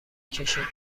کشیم